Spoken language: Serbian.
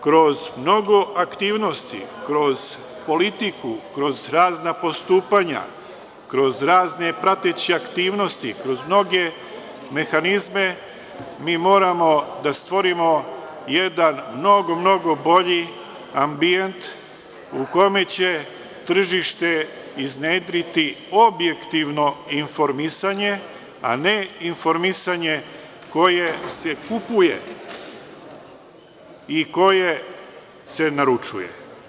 Kroz mnogo aktivnosti, kroz politiku, kroz razna postupanja, kroz razne prateće aktivnosti, kroz mnoge mehanizme, moramo da stvorimo jedan mnogo bolji ambijent u kome će tržište iznedriti objektivno informisanje, a ne informisanje koje se kupuje i koje se naručuje.